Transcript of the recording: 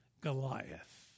Goliath